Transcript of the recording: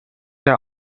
der